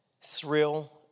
thrill